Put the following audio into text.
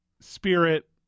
spirit